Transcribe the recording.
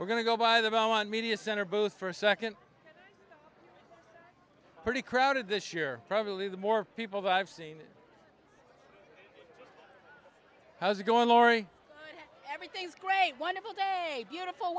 we're going to go buy them on media center booth for a second pretty crowded this year probably the more people that i've seen how's it going laurie everything's great wonderful day beautiful